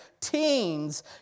teens